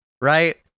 right